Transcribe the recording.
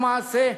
למעשה,